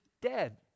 dead